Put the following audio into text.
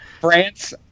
France